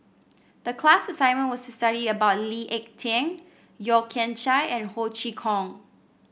the class assignment was to study about Lee Ek Tieng Yeo Kian Chye and Ho Chee Kong